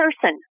person